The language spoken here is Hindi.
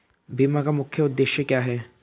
बीमा का मुख्य उद्देश्य क्या है?